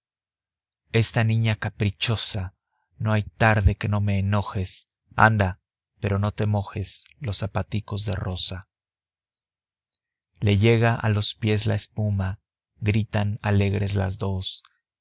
esta niña caprichosa no hay tarde que no me enojes anda pero no te mojes los zapaticos de rosa le llega a los pies la espuma gritan alegres las dos